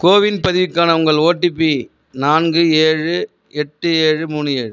CoWIN பதிவுக்கான உங்கள் OTP நான்கு ஏழு எட்டு ஏழு மூணு ஏழு